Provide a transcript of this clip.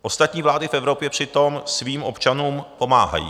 Ostatní vlády v Evropě přitom svým občanům pomáhají.